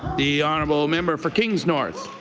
the honourable member for kings north.